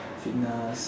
fitness